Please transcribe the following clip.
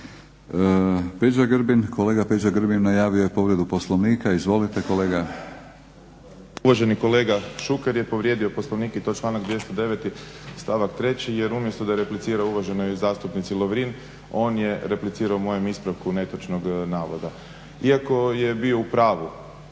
Hvala. Kolega Peđa Grbin najavio je povredu Poslovnika. Izvolite kolega. **Grbin, Peđa (SDP)** Uvažani kolega Šuker je povrijedio Poslovnik i to članak 209. stavak 3. jer umjesto da replicira uvaženoj zastupnici Lovrin on je replicirao mojem ispravku netočnog navoda. Iako je bio u pravu,